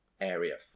area